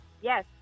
Yes